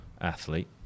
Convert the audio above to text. athlete